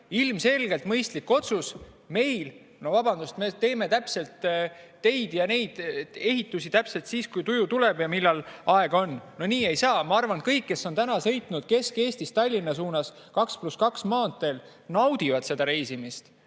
Ilmselgelt mõistlik otsus. Meie, no vabandust, teeme teid ja neid ehitusi täpselt siis, kui tuju tuleb ja millal aega on. No nii ei saa! Ma arvan, kõik, kes on sõitnud Kesk-Eestist Tallinna suunas 2 + 2 maanteel, naudivad seda reisimist,